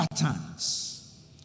patterns